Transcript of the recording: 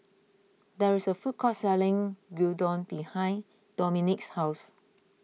there is a food court selling Gyudon behind Dominque's house